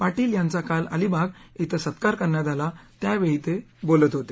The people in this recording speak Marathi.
पाटील यांचा काल अलिबाग इथं सत्कार करण्यात आला त्यावेळी ते बोलत होते